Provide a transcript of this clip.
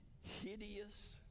hideous